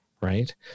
right